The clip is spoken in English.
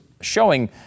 showing